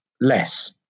less